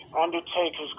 Undertaker's